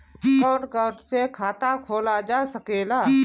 कौन कौन से खाता खोला जा सके ला?